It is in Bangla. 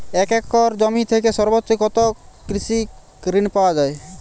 এক একর জমি থেকে সর্বোচ্চ কত কৃষিঋণ পাওয়া য়ায়?